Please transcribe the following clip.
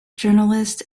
journalist